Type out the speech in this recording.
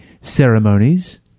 ceremonies